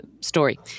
Story